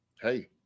hey